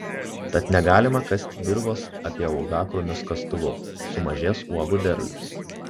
tad negalima kasti dirvos apie uogakrūmius kastuvu sumažės uogų derlius